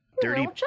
Dirty